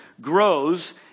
grows